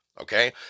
Okay